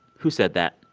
who said that?